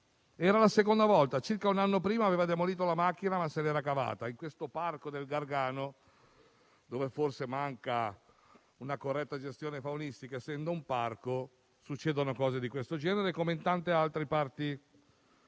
Era la seconda volta: circa un anno prima aveva demolito la macchina, ma se l'era cavata, in questo parco del Gargano dove forse manca una corretta gestione faunistica (essendo un parco) e succedono cose di questo genere, come in tante altre parti d'Italia.